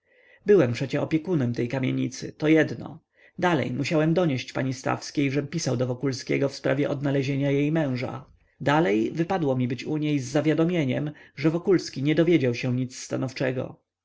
byłem przecie opiekunem tej kamienicy to jedno dalej musiałem donieść pani stawskiej żem pisał do wokulskiego w sprawie odnalezienia jej męża dalej wypadło mi być u niej z zawiadomieniem że wokulski nie dowiedział się nic stanowczego